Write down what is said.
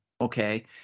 Okay